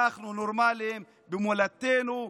אנחנו נורמליים במולדתנו,